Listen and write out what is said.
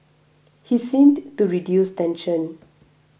he seemed to reduce tension